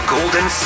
Golden